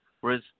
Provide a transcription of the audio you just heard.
Whereas